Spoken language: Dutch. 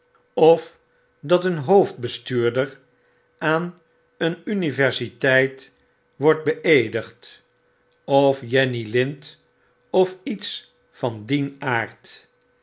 of dat een hoofdbestuurder aan een universiteit wordt beeedigd of jenny lind ol iets van dien aard